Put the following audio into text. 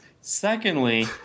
Secondly